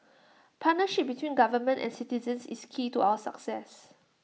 partnership between government and citizens is key to our success